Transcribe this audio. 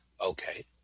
Okay